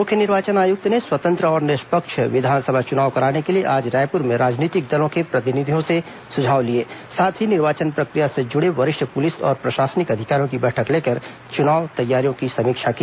मुख्य निर्वाचन आयुक्त ने स्वतंत्र और निष्पक्ष विधानसभा चुनाव कराने के लिए आज रायपुर में राजनीतिक दलों के प्रतिनिधियों से सुझाव लिए साथ ही निर्वाचन प्रक्रिया से जुड़े वरिष्ठ पुलिस और प्रशासनिक अधिकारियों की बैठक लेकर चुनाव तैयारियों की समीक्षा की